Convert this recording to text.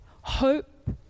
hope